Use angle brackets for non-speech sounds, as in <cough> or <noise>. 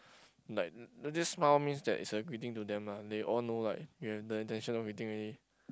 like <noise> this smile means that it's a greeting to them lah they all know like you have the intention of greeting already